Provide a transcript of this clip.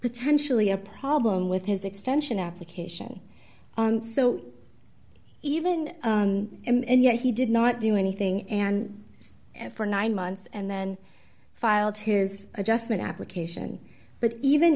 potentially a problem with his extension application so even and yet he did not do anything and for nine months and then filed his adjustment application but even